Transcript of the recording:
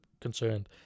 concerned